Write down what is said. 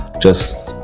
just,